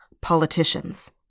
politicians